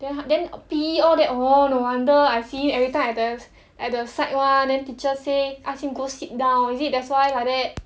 then then P_E all that orh no wonder I see him every time at the at the side [one] then teacher say ask him go sit down is it that's why like that